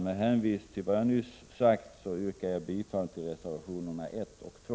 Med hänvisning till vad jag nyss sagt yrkar jag bifall till reservationerna 1 och 2.